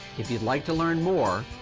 if you'd like to learn more,